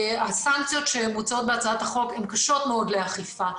הסנקציות שמוצעות בהצעת החוק הן קשות מאוד לאכיפה.